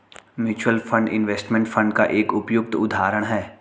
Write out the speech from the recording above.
mutual fund investment fund का एक उपयुक्त उदाहरण है